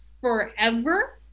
forever